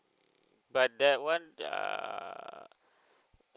but that one err